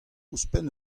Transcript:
ouzhpenn